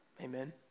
Amen